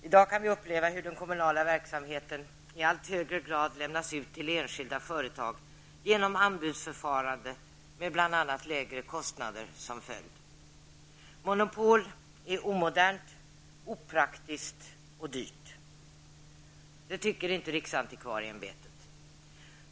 I dag kan vi uppleva hur den kommunala verksamheten i allt högre grad lämnas ut till enskilda företag genom anbudsförfarande med bl.a. lägre kostnader som följd. Monopol är omodernt, opraktiskt och dyrt. Det tycker inte riksantikvarieämbetet.